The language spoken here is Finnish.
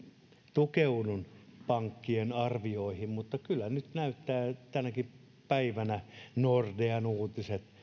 tukeudun pankkien arvioihin mutta kyllä nyt näyttää tänäkin päivänä nordean uutiset